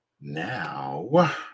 Now